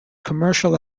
commercial